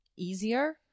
Easier